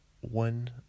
One